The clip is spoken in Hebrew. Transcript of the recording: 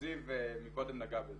זיו מקודם נגע בזה